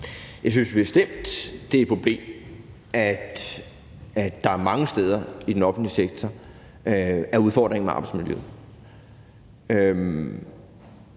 Jeg synes bestemt, det er et problem, at der mange steder i den offentlige sektor er udfordringer med arbejdsmiljøet,